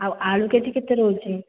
ଆଉ ଆଳୁ K G କେତେ ରହୁଛି